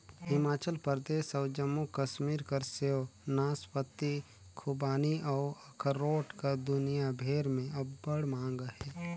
हिमाचल परदेस अउ जम्मू कस्मीर कर सेव, नासपाती, खूबानी अउ अखरोट कर दुनियां भेर में अब्बड़ मांग अहे